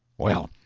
well,